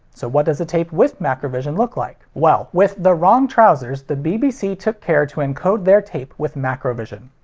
so what does a tape with macrovision look like? well, with the wrong trousers, the bbc took care to encode their tape with macrovision.